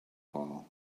ball